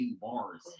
bars